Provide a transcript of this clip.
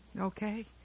Okay